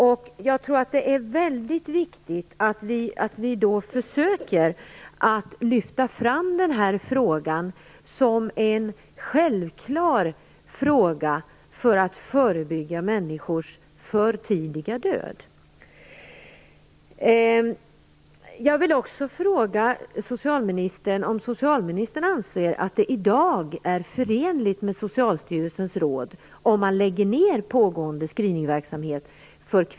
Därför tror jag att det är väldigt viktigt att vi försöker lyfta fram denna fråga som en självklar fråga för att förebygga kvinnors för tidiga död.